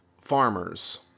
farmers